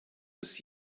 bis